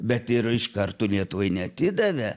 bet ir iš karto lietuvai neatidavė